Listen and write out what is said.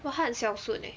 !wah! 她很孝顺 leh